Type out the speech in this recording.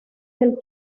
del